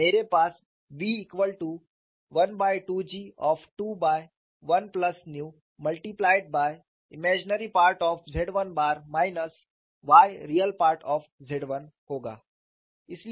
तो मेरे पास v equal to 1 by 2G of 2 by 1 plus nu multiplied by imaginary part of Z 1 bar minus y real part of Z 1 होगा